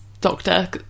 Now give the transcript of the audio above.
doctor